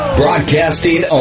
broadcasting